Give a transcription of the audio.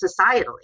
societally